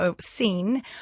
seen